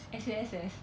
S_U_S_S